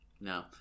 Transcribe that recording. No